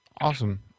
Awesome